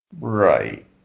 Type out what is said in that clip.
Right